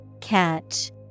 Catch